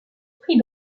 pris